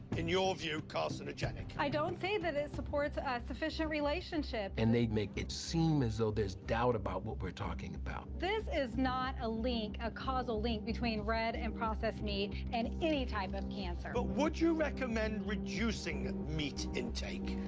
in your view, carcinogenic? i don't say that it supports a ah sufficient relationship. and they make it seem as though there's doubt about what we're talking about. this is not a link, a causal link between red and processed meat and any type of cancer. but would you recommend reducing meat intake?